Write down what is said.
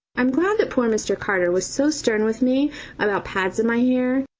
i'm glad that poor mr. carter was so stern with me about pads in my hair,